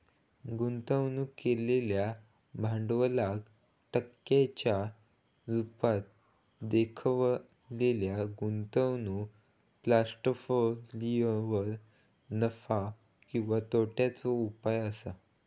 गुंतवणूक केलेल्या भांडवलाक टक्क्यांच्या रुपात देखवलेल्या गुंतवणूक पोर्ट्फोलियोवर नफा किंवा तोट्याचो उपाय असा